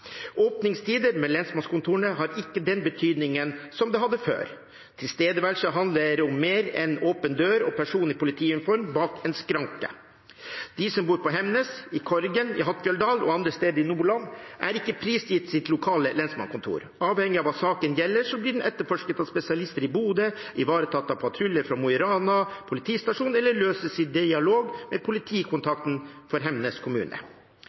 Åpningstider ved lensmannskontorene har ikke den betydningen som det hadde før. Tilstedeværelse handler om mer enn en åpen dør og en person i politiuniform bak en skranke. De som bor på Hemnes, i Korgen, i Hattfjelldal og andre steder i Nordland, er ikke prisgitt sitt lokale lensmannskontor. Avhengig av hva saken gjelder, blir den etterforsket av spesialister i Bodø, ivaretatt av patruljer fra Mo i Rana politistasjon eller løses i dialog med politikontakten for Hemnes kommune.